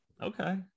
okay